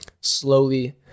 slowly